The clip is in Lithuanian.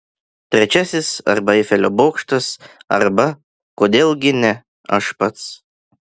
trečiasis arba eifelio bokštas arba kodėl gi ne aš pats